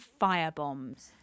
firebombs